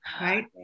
Right